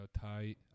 tight